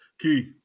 Key